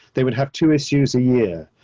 they would have two issues a year,